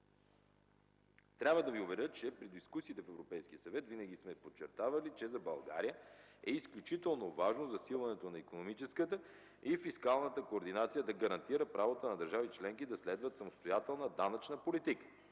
Трябва да Ви уверя, че при дискусиите в Европейския съвет винаги сме подчертавали, че за България е изключително важно засилването на икономическата и фискалната координация да гарантира правото на държави членки да следват самостоятелна данъчна политика